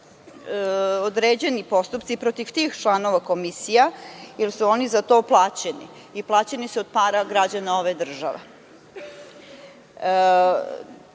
određeni postupci protiv tih članova komisija jer su oni za to plaćeni i plaćeni su od para građana ove države. Nadam